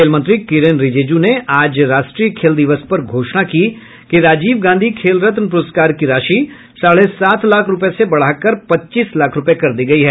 खेल मंत्री किरेन रिजिजू ने आज राष्ट्रीय खेल दिवस पर घोषणा की कि राजीव गांधी खेल रत्न पुरस्कार की राशि साढ़े सात लाख रूपये से बढ़ाकर पच्चीस लाख रूपये कर दी गई है